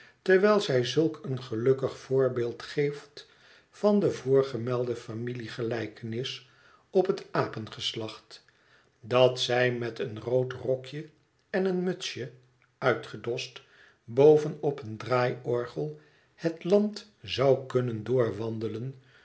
terwijl zij zulk een gelukkig voorbeeld geeft van de voorgemelde familiegelijkenis op het apengeslacht dat zij met een rood rokje en een mutsje uitgedost boven op een draaiorgel het land zou kunnen doorwandelen